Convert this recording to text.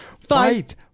Fight